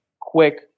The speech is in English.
quick